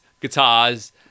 guitars